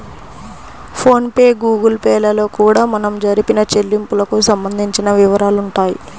phone pay Google Pay లలో కూడా మనం జరిపిన చెల్లింపులకు సంబంధించిన వివరాలుంటాయి